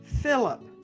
Philip